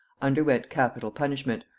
underwent capital punishment,